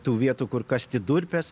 tų vietų kur kasti durpes